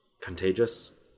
contagious